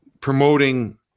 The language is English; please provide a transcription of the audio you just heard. promoting